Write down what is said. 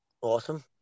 Awesome